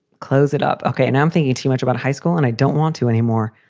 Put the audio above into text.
close it up. okay. and i'm thinking too much about high school and i don't want to anymore.